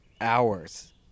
hours